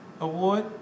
award